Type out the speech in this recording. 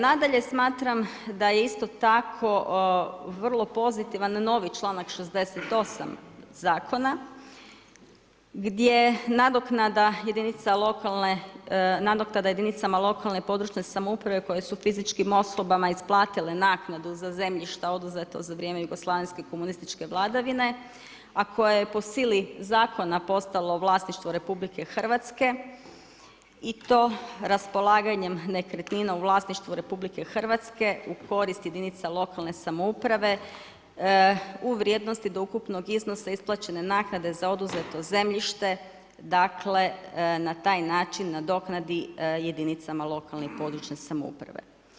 Nadalje smatram da je isto tako vrlo pozitivan novi članak 68. zakona gdje nadoknada jedinicama lokalne i područne samouprave koje su fizičkim osobama isplatile naknadu za zemljišta oduzeto za vrijeme jugoslavenske komunističke vladavine, a koja je po sili zakona postalo vlasništvo RH i to raspolaganjem nekretnina u vlasništvu RH u korist jedinica lokalne samouprave u vrijednosti do ukupnog iznosa isplaćene naknade za oduzeto zemljište na taj način nadoknadi jedinicama lokalne i područne samouprave.